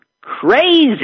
crazy